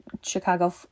Chicago